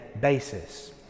basis